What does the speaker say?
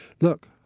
look